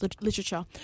literature